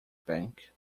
bank